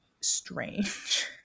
strange